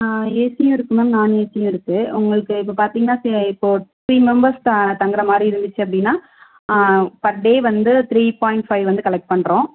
ஏசியும் இருக்கு மேம் நான் ஏசியும் இருக்கு உங்களுக்கு இப்போ பார்த்திங்னா இப்போ த்ரீ மெம்பர்ஸ் தங்குறமாதிரி இருந்துச்சு அப்படினா பர் டே வந்து த்ரீ பாயிண்ட் ஃபைவ் வந்து கலெக்ட் பண்ணுறோம்